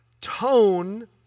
tone